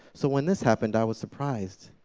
so when this happened, i was surprised.